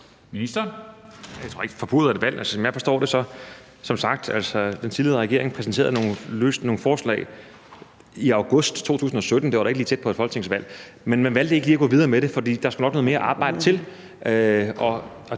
Heunicke): Jeg tror ikke, det bliver forpurret af et valg. Som sagt præsenterede den tidligere regering nogle forslag i august 2017, og det var da ikke lige tæt på et folketingsvalg. Men man valgte ikke lige at gå videre med det, fordi der nok skulle noget mere arbejde til,